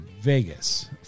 Vegas